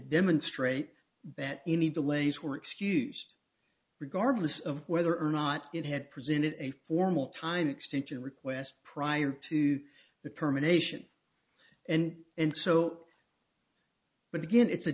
demonstrate that any delays were excused regardless of whether or not it had presented a formal time extension request prior to the perman ation and and so but again it's a